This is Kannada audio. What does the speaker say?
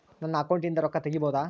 ನನ್ನ ಅಕೌಂಟಿಂದ ರೊಕ್ಕ ತಗಿಬಹುದಾ?